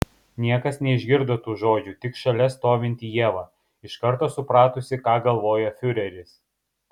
niekas neišgirdo tų žodžių tik šalia stovinti ieva iš karto supratusi ką galvoja fiureris